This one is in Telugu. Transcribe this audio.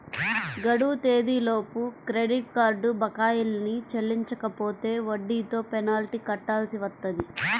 గడువు తేదీలలోపు క్రెడిట్ కార్డ్ బకాయిల్ని చెల్లించకపోతే వడ్డీతో పెనాల్టీ కట్టాల్సి వత్తది